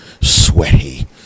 sweaty